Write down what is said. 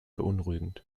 beunruhigend